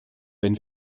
wenn